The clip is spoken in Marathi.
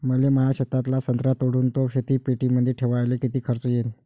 मले माया शेतातला संत्रा तोडून तो शीतपेटीमंदी ठेवायले किती खर्च येईन?